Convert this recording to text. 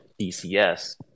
dcs